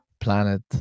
planet